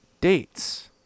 dates